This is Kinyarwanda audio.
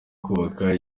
kubaka